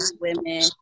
women